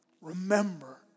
Remember